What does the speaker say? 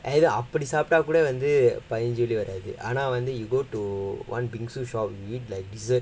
அப்டி சாப்டா கூட வந்து பதினஞ்சு வெள்ளி வராது ஆனா வந்து:apdi saaptaa kooda vandhu pathinanju velli varaathu aanaa vanthu you go to one bingsu shops you eat like dessert